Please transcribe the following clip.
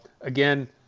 Again